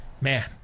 man